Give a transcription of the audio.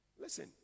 Listen